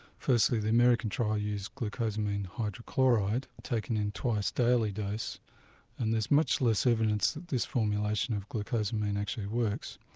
firstly the american trial used glucosamine hydrochloride taken in a twice daily dose and there's much less evidence that this formulation of glucosamine actually works.